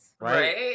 Right